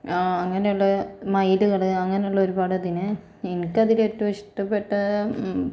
അങ്ങനെയുള്ള മയിലുകൾ അങ്ങനെയുള്ള ഒരുപാടതിനെ എനിക്കതിൽ ഏറ്റവും ഇഷ്ടപ്പെട്ട